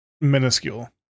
minuscule